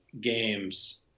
games